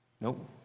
Nope